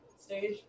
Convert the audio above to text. stage